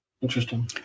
interesting